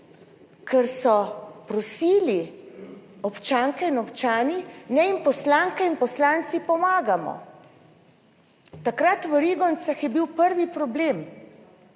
kjer so prosili občanke in občani, naj jim poslanke in poslanci pomagamo. Takrat v Rigoncah je bil prvi problem,